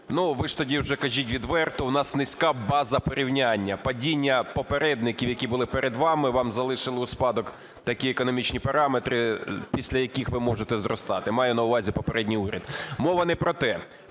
Ви ж тоді вже кажіть відверто: в нас низька база порівняння. Падіння попередників, які були перед вами, вам залишили у спадок такі економічні параметри, після яких ви можете зростати, маю на увазі попередній уряд. Мова не про те.